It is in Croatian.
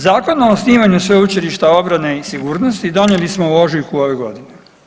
Zakon o osnivanju Sveučilišta obrane i sigurnosti donijeli smo u ožujku ove godine.